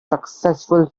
successful